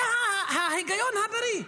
זה ההיגיון הבריא,